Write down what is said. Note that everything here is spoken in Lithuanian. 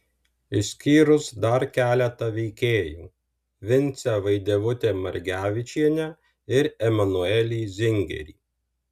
išskyrus dar keletą veikėjų vincę vaidevutę margevičienę ir emanuelį zingerį